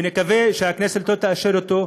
ונקווה שהכנסת לא תאשר אותו,